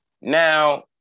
Now